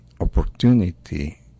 opportunity